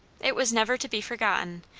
it was never to be forgotten,